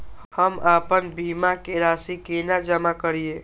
हम आपन बीमा के राशि केना जमा करिए?